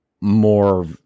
more